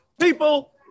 people